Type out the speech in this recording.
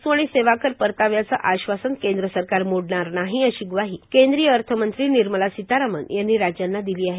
वस्तू आणि सेवा कर परताव्याचं आश्वासन केंद्रसरकार मोडणार नाही अशी ग्वाही केंद्रीय अर्थमंत्री निर्मला सीतारामन यांनी राज्यांना दिली आहे